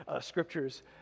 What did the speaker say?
scriptures